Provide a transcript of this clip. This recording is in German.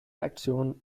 aktion